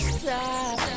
stop